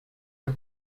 are